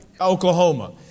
Oklahoma